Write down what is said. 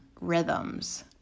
rhythms